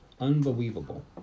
Unbelievable